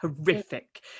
horrific